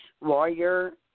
lawyer